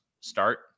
start